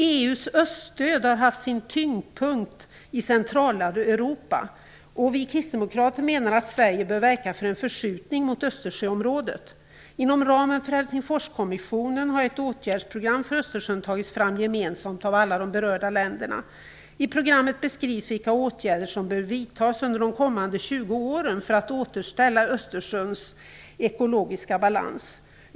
EU:s öststöd har haft sin tyngdpunkt i Centraleuropa. Vi kristdemokrater menar att Sverige bör verka för en förskjutning mot Östersjöområdet. Inom ramen för Helsingforskommissionen har ett åtgärdsprogram för Östersjön tagits fram gemensamt av alla de berörda länderna. I programmet beskrivs vilka åtgärder som bör vidtas under de kommande 20 åren för att återställa Östersjöns ekologiska balans.